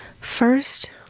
first